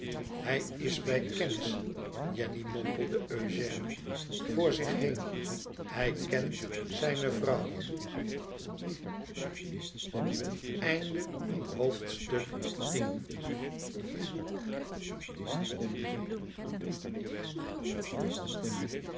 hij is bij kennis jenny mompelde eugène voor zich heen hij kent zijne vrouw